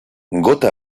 gota